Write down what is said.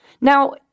Now